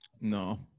No